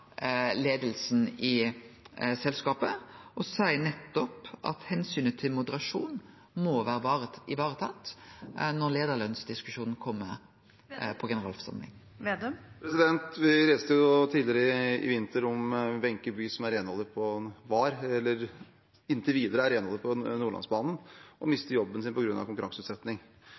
i selskapet, og seier nettopp at omsynet til moderasjon må varetakast når leiarlønsdiskusjonen kjem opp på generalforsamlinga. Vi leste tidligere i vinter om Wenche Bye, som inntil videre er renholder på Nordlandsbanen, og som mister jobben sin på grunn av konkurranseutsetting.